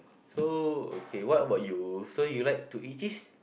so okay what about you so you like to eat this